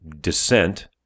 descent